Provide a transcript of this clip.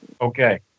Okay